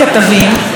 כנראה התלהב